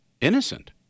innocent